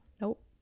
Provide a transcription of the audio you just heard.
Nope